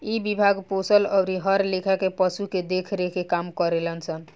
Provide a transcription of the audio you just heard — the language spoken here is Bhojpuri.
इ विभाग पोसल अउरी हर लेखा के पशु के देख रेख के काम करेलन सन